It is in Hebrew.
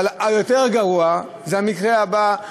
אבל היותר-גרוע זה המקרה הבא,